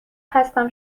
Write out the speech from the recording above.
هستم